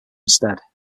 instead